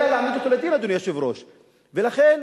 ולכן,